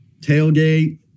tailgate